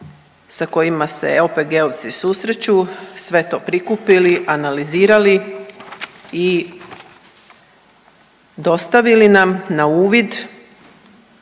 sa kojima se OPG-ovci susreću sve to prikupili, analizirali i dostavili nam na uvid